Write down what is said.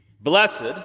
Blessed